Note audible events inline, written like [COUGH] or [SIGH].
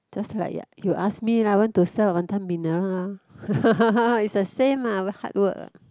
just like your you ask me lah want to sell Wanton-Mee lah [LAUGHS] is the same lah hard work ah